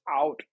out